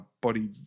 body